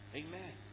amen